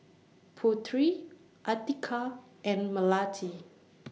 Putri Atiqah and Melati